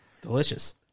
Delicious